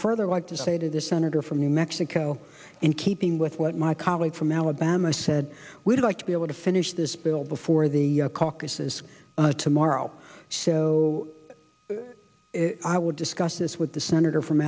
further like to say to the senator from new mexico in keeping with what my colleague from alabama said we'd like to be able to finish this bill before the caucuses tomorrow so i would discuss this with the senator from